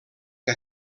que